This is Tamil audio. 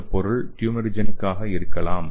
அந்தப் பொருள் டூமரிஜெனிக் ஆக இருக்கலாம்